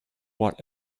what